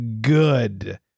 good